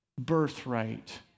birthright